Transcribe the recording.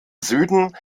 süden